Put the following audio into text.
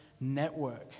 Network